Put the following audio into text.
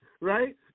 right